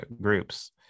groups